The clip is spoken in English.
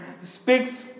speaks